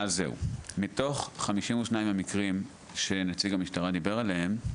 מתוך 52 המקרים, שנציג המשטרה דיבר עליהם,